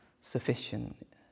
sufficient